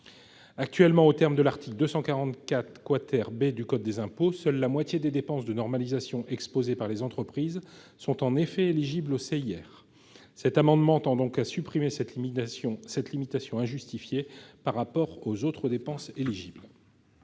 Actuellement, aux termes de l'article 244 B du code général des impôts, seule la moitié des dépenses de normalisation exposées par les entreprises sont éligibles au CIR. Cet amendement tend donc à supprimer cette limitation injustifiée par rapport aux autres dépenses éligibles.